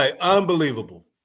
unbelievable